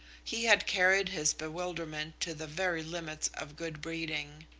he had carried his bewilderment to the very limits of good breeding.